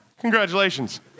congratulations